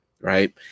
right